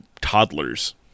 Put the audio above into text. toddlers